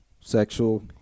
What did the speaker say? sexual